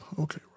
Okay